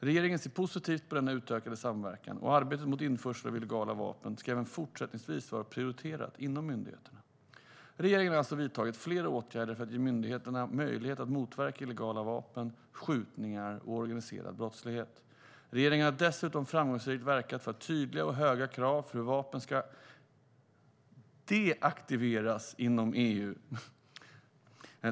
Regeringen ser positivt på denna utökade samverkan, och arbetet mot införsel av illegala vapen ska även fortsättningsvis vara prioriterat inom myndigheterna. Regeringen har alltså vidtagit flera åtgärder för att ge myndigheterna möjlighet att motverka illegala vapen, skjutningar och organiserad brottslighet. Regeringen har dessutom framgångsrikt verkat för tydliga och höga krav för hur vapen ska deaktiveras inom EU.